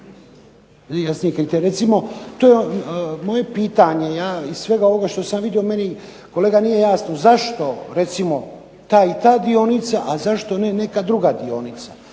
to moje pitanje, ja iz svega ovoga što sam vidio meni kolega nije jasno zašto recimo ta i ta dionica, a zašto ne neka druga dionica.